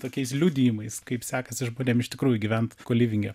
tokiais liudijimais kaip sekasi žmonėm iš tikrųjų gyvent kolivinge